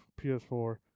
ps4